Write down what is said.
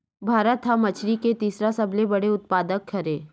भारत हा मछरी के तीसरा सबले बड़े उत्पादक हरे